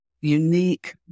unique